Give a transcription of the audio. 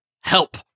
Help